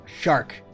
shark